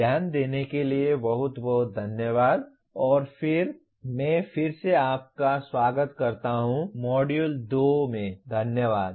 ध्यान देने के लिए बहुत बहुत धन्यवाद और मैं फिर से आपका स्वागत करता हूं मॉड्यूल 2 में धन्यवाद